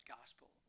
gospel